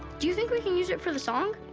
do you think we can use it for the song?